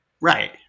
Right